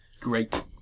Great